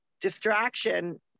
distraction